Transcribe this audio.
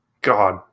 God